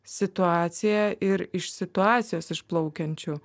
situacija ir iš situacijos išplaukiančių